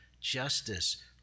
justice